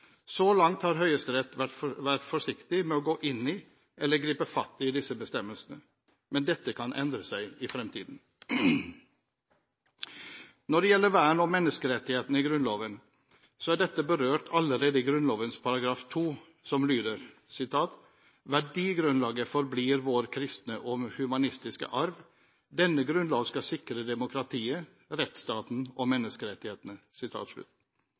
Så langt har Høyesterett vært forsiktig med å gå inn i eller gripe fatt i disse bestemmelsene. Men dette kan endre seg i fremtiden. Når det gjelder vern om menneskerettighetene i Grunnloven, er dette berørt allerede i Grunnloven § 2, som lyder: «Verdigrunnlaget forblir vår kristne og humanistiske arv. Denne grunnlov skal sikre demokratiet, rettsstaten og menneskerettighetene.»